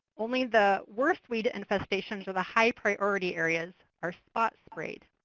only the worst weed infestations or the high priority areas are spot sprayed.